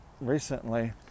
recently